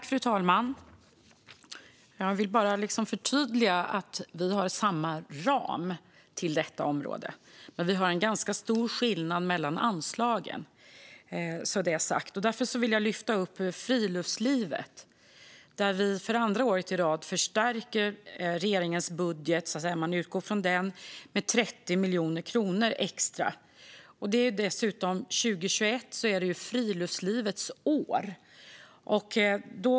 Fru talman! Jag vill bara förtydliga att vi har samma ram på detta område, men det är en ganska stor skillnad mellan anslagen. Då är det sagt. Jag vill lyfta upp friluftslivet, där vi för andra året i rad förstärker regeringens budget, så att säga. Om man utgår från den tillför vi 30 miljoner kronor extra. År 2021 är det Friluftslivets år.